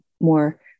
more